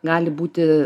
gali būti